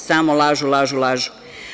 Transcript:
Samo lažu, lažu, lažu.